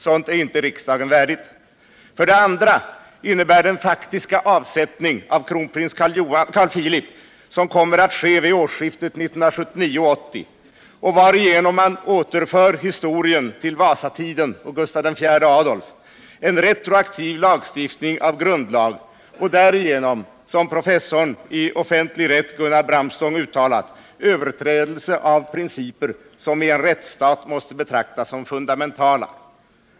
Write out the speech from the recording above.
Sådant är icke riksdagen värdigt. För det andra innebär den faktiska avsättning av kronprins Carl Philip som kommer att ske vid årsskiftet 1979-1980 och varigenom man återför historien till Vasatiden och Gustav IV Adolf en retroaktiv stiftning av grundlag och därigenom, som professorn i offentlig rätt Gunnar Bramstång uttalat, överträdelse av principer som i en rättsstat måste betraktas som fundamentala.